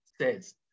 says